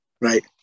Right